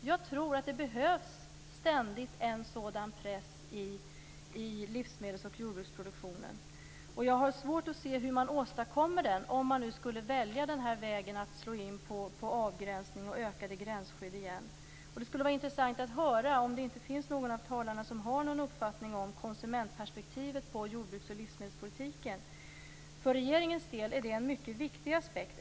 Jag tror att det behövs ständigt en sådan press i livsmedels och jordbruksproduktionen. Jag har svårt att se hur man skulle åstadkomma den om man nu skulle välja att slå in på avgränsning och ökade gränsskydd igen. Det skulle vara intressant att höra om det finns någon bland talarna som har någon uppfattning om konsumentperspektivet på jordbruksoch livsmedelspolitiken. För regeringens del är det en mycket viktig aspekt.